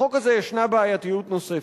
בחוק הזה ישנה בעייתיות נוספת,